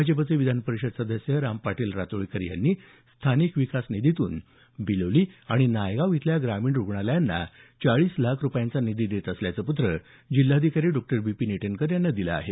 भाजपचे विधान परिषद सदस्य राम पाटील रातोळीकर यांनी स्थानिक विकास निधीतून बिलोली आणि नायगाव इथल्या ग्रामीण रूग्णालयांना चाळीस लाख रूपयांचा निधी देत असल्याचे पत्र जिल्हाधिकारी डॉ विपिन ईटनकर यांना दिलं आहे